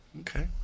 Okay